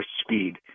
speed